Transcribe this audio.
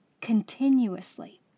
continuously